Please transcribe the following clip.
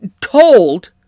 told